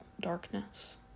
darkness